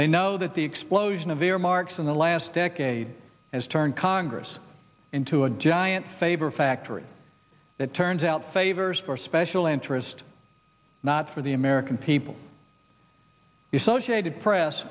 they know that the explosion of earmarks in the last decade has turned congress into a giant favor factory that turns out favors for special interest not for the american people associated press